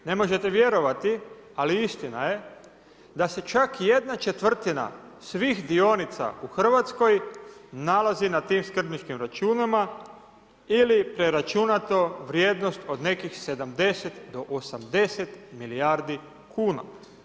Ne možete vjerovati ali istina je da se čak jedna četvrtina svih dionica u Hrvatskoj nalazi na tim skrbničkim računima ili preračunato vrijednost od nekih 70 do 80 milijardi kuna.